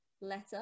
letter